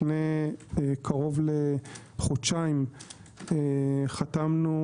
לפני קרוב לחודשיים חתמנו,